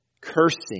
cursing